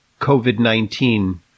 COVID-19